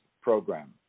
program